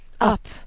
Up